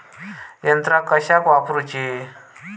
यंत्रा कशाक वापुरूची?